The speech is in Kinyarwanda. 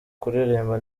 kuririmba